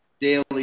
daily